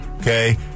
Okay